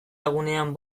egunean